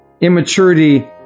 Immaturity